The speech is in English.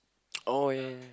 oh ya ya